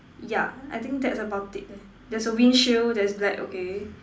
ya I think that's about it leh there's a windshield that's black okay